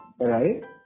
Right